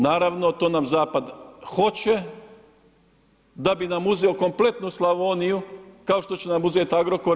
Naravno to nam zapad hoće da bi nam uzeo kompletnu Slavoniju, kao što će nam uzeti Agrokor.